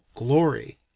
glory.